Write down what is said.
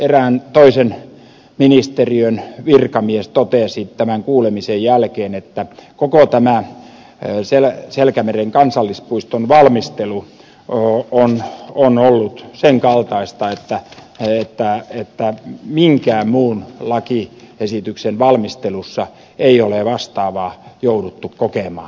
erään toisen ministeriön virkamies totesi tämän kuulemisen jälkeen että koko tämä selkämeren kansallispuiston valmistelu on ollut sen kaltaista että minkään muun lakiesityksen valmistelussa ei ole vastaavaa jouduttu kokemaan